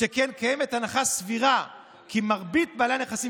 שכן קיימת הנחה סבירה כי מרבית בעלי הנכסים